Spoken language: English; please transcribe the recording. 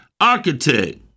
architect